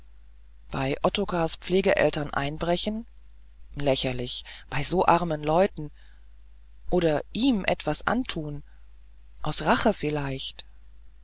bei ottokars pflegeeltern einbrechen lächerlich bei so armen leuten oder ihm etwas antun aus rache vielleicht